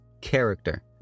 character